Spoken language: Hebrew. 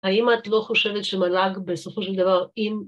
‫האם את לא חושבת שמל"ג, בסופו של דבר, ‫אם...